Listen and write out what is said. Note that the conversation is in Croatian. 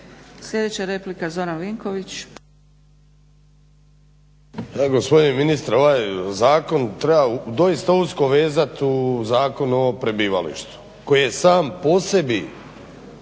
Sljedeća replika Zoran Vinković.